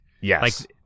Yes